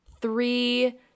three